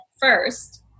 first